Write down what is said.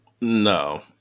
No